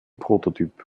prototyp